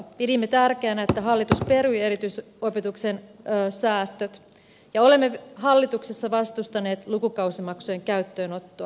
pidimme tärkeänä että hallitus perui erityisopetuksen säästöt ja olemme hallituksessa vastustaneet lukukausimaksujen käyttöönottoa